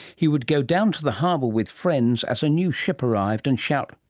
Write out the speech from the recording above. he would go down to the harbour with friends as a new ship arrived and shout,